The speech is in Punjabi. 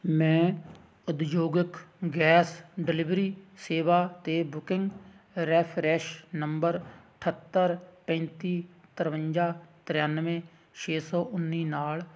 ਮੈਂ ਉਦਯੋਗਿਕ ਗੈਸ ਡਿਲੀਵਰੀ ਸੇਵਾ 'ਤੇ ਬੁਕਿੰਗ ਰੈਫਰੈਸ਼ ਨੰਬਰ ਅਠੱਤਰ ਪੈਂਤੀ ਤਰਵੰਜਾ ਤ੍ਰਿਆਨਵੇਂ ਛੇ ਸੌ ਉੱਨੀ ਨਾਲ